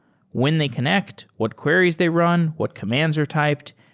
when they connect? what queries they run? what commands are typed?